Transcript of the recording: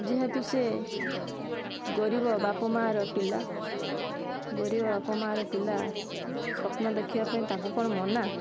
ଯେହେତୁ ସିଏ ଗରିବ ବାପ ମାଁର ପିଲା ଗରିବ ବାପ ମାଁର ପିଲା ସ୍ୱପ୍ନ ଦେଖିବା ପାଇଁ ତାଙ୍କୁ କ'ଣ ମନା